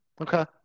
Okay